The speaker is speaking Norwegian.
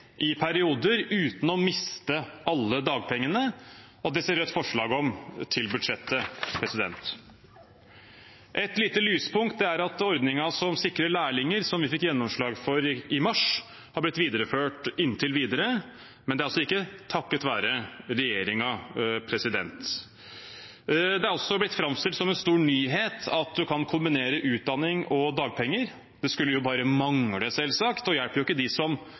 i perioder, uten å miste alle dagpengene. Det stiller Rødt forslag om til budsjettet. Et lite lyspunkt er at ordningen som sikrer lærlinger, som vi fikk gjennomslag for i mars, har blitt videreført inntil videre, men det er altså ikke takket være regjeringen. Det er også blitt framstilt som en stor nyhet at man kan kombinere utdanning og dagpenger. Det skulle bare mangle, selvsagt, og det hjelper ikke dem som